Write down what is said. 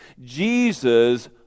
Jesus